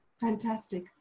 Fantastic